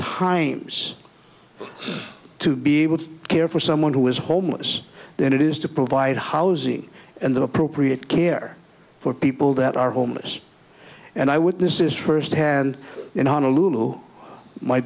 hymes to be able to care for someone who is homeless than it is to provide housing and the appropriate care for people that are homeless and i would this is first had in honolulu my